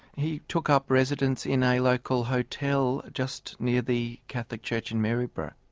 he took up residence in a local hotel just near the catholic church in maryborough.